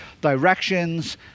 directions